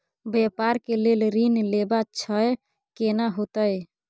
व्यापार के लेल ऋण लेबा छै केना होतै?